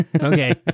Okay